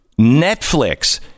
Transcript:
Netflix